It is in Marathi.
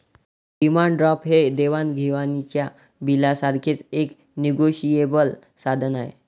डिमांड ड्राफ्ट हे देवाण घेवाणीच्या बिलासारखेच एक निगोशिएबल साधन आहे